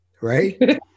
Right